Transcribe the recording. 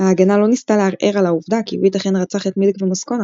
ההגנה לא ניסתה לערער על העובדה כי וויט אכן רצח את מילק ומוסקונה,